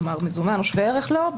כלומר מזומן או שווה ערך לו,